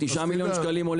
הרוג עולה 9 מיליון ₪,